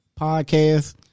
podcast